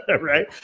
Right